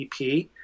EP